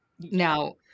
Now